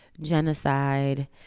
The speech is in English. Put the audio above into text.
genocide